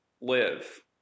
live